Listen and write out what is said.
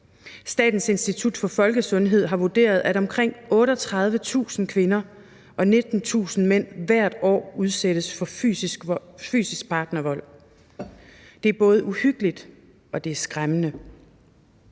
Statens Institut for Folkesundhed har vurderet, at omkring 38.000 kvinder og 19.000 mænd hvert år udsættes for fysisk partnervold. Det er både uhyggeligt og skræmmende.